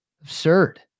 Absurd